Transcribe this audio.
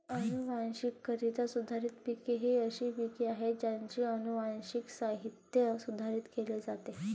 अनुवांशिकरित्या सुधारित पिके ही अशी पिके आहेत ज्यांचे अनुवांशिक साहित्य सुधारित केले जाते